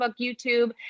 YouTube